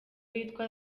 witwa